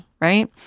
right